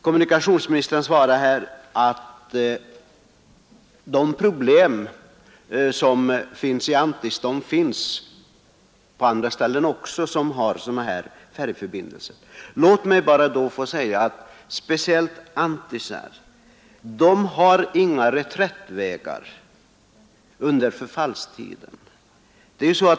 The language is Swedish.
Kommunikationsministern svarar att samma problem som Anttis har finns även på andra håll där man har färjförbindelser. Låt mig då framhålla att man i Anttis inte har några reträttvägar under förfallstiden.